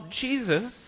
Jesus